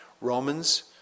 Romans